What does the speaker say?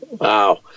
Wow